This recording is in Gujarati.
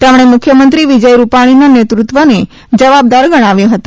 તેમણે મુખ્યમંત્રી વિજય રૂપાણીના નેતૃત્વને જવાબદાર ગણાવ્યો હતો